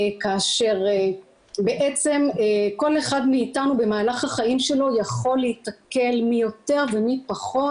כאשר בעצם כל אחד מאתנו במהלך החיים שלו יכול להיתקל מי יותר ומי פחות